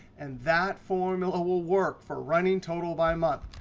and that formula will work for running total by month.